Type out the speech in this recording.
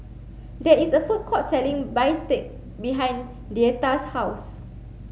there is a food court selling Bistake behind Deetta's house